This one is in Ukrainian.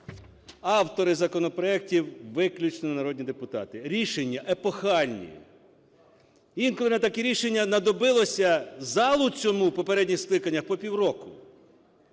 Автори законопроектів – виключно народні депутати, рішення епохальні. Інколи на такі рішення знадобилося залу цьому в попередніх скликаннях по півроку.